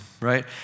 right